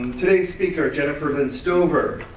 today's speaker, jennifer lynn stoever,